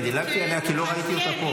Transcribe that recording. דילגתי כי לא ראיתי אותה פה.